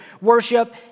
worship